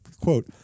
Quote